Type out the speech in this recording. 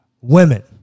women